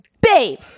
babe